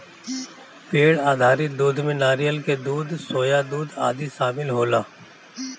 पेड़ आधारित दूध में नारियल के दूध, सोया दूध आदि शामिल होला